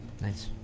Nice